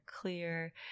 clear